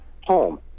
home